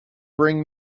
bring